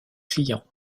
client